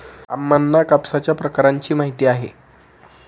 अम्मांना कापसाच्या प्रकारांची माहिती आहे